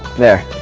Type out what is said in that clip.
there.